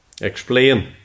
explain